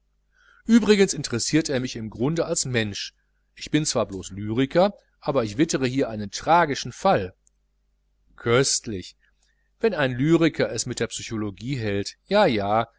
übrigens interessiert er mich im grunde als mensch ich bin zwar blos lyriker aber ich wittere hier einen tragischen fall köstlich wenn ein lyriker es mit der psychologie hält jaja ich